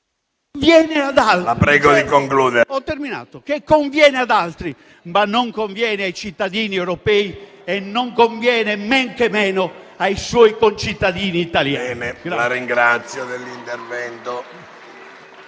che conviene ad altri, ma non ai cittadini europei, né men che meno ai suoi concittadini italiani.